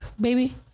baby